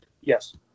Yes